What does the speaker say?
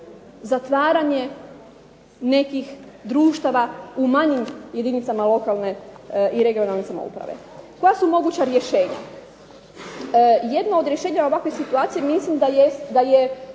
zatvaranje nekih društava u manjim jedinicama lokalne i područne (regionalne) samouprave. Koja su moguća rješenja? Jedna od rešenja ovakve situacije mislim da je